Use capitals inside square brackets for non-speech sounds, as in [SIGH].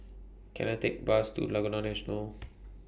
Can I Take Bus to Laguna National [NOISE]